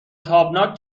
تابناک